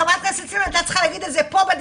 חברת הכנסת סילמן הייתה צריכה להגיד את זה פה בדיון,